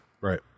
Right